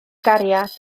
gariad